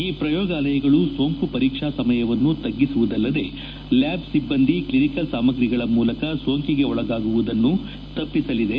ಈ ಪ್ರಯೋಗಾಲಯಗಳು ಸೋಂಕು ಪರೀಕ್ಸಾ ಸಮಯವನ್ನು ತಗ್ಗಿಸುವುದಲ್ಲದೆ ಲ್ಲಾಬ್ ಸಿಬ್ಲಂದಿ ಕ್ಷಿನಿಕಲ್ ಸಾಮುಗಗಳ ಮೂಲಕ ಸೋಂಕಿಗೆ ಒಳಗಾಗುವುದನ್ನು ತಪ್ಪಸಲಿದೆ